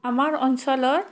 আমাৰ অঞ্চলত